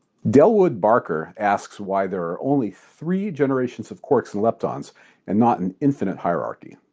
delwoodbarker asks why there are only three generations of quarks and leptons and not an infinite hierarchy.